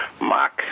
Mark